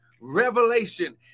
revelation